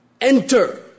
enter